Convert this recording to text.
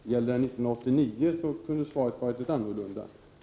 Gällde det 1989 kunde svaret ha varit annorlunda.